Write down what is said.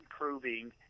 improving